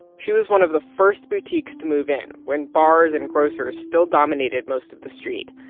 she was one of the first boutiques to move in, when bars and grocers still dominated most of the street.